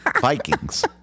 Vikings